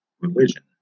religion